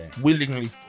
willingly